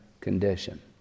condition